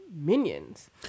minions